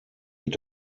mit